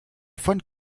von